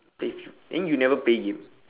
play FIF~ then you never play game